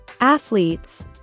Athletes